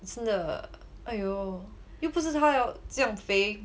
真的 !aiyo! 又不是她要这样肥